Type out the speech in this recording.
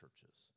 churches